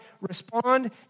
respond